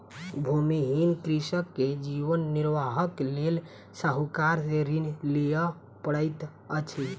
भूमिहीन कृषक के जीवन निर्वाहक लेल साहूकार से ऋण लिअ पड़ैत अछि